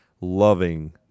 loving